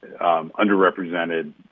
underrepresented